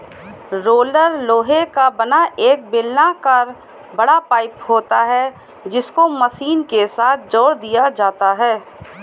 roller लोहे का बना एक बेलनाकर बड़ा पाइप होता है जिसको मशीन के साथ जोड़ दिया जाता है